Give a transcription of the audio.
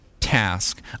Task